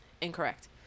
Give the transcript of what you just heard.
Incorrect